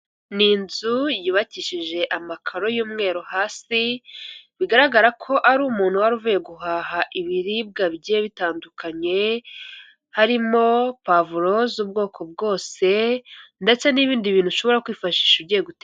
Ni inzu yubakishije amakaro y'umweru hasi, bigaragara ko ari umuntu wari uvuye guhaha ibiribwa bigiye bitandukanye, harimo pavuro z'ubwoko bwose ndetse n'ibindi bintu ushobora kwifashisha ugiye gute